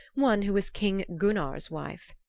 one who is king gunnar's wife,